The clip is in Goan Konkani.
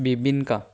बिबिंका